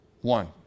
one